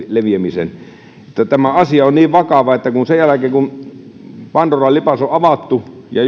leviämisen tänne tämä asia on niin vakava sillä sen jälkeen kun pandoran lipas on avattu ja